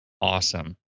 Awesome